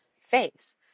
face